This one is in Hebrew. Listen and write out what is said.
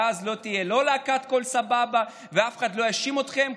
ואז לא תהיה להקת הכול סבבה ואף אחד לא יאשים אתכם,